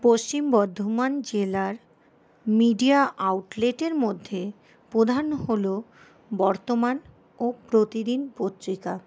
পশ্চিম বর্ধমান জেলার মিডিয়া আউটলেটের মধ্যে প্রধান হল বর্তমান ও প্রতিদিন পত্রিকা